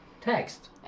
text